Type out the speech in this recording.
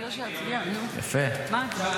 בשבוע